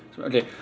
Okay